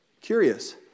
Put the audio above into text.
Curious